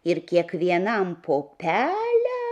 ir kiekvienam po pelę